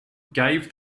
gave